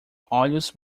olhos